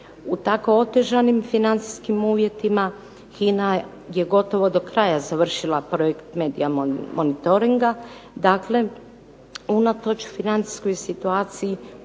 U tako otežanim financijskim uvjetima HINA je gotovo do kraja završila projekt Media Monitoringa. Dakle, unatoč financijskoj situaciji